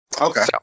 Okay